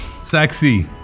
sexy